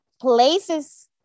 places